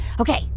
Okay